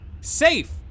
safe